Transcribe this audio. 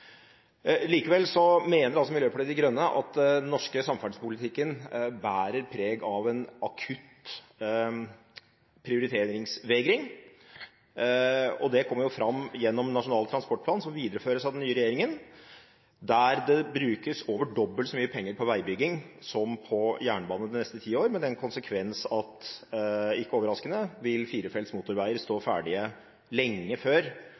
Likevel mener Miljøpartiet de Grønne at den norske samferdselspolitikken bærer preg av en akutt prioriteringsvegring. Det kommer fram gjennom Nasjonal transportplan, som videreføres av den nye regjeringen, der det brukes over dobbelt så mye penger på veibygging som på jernbane de neste ti årene, med den konsekvens at firefelts motorveier ikke overraskende vil stå ferdige lenge før